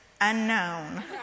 unknown